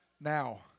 now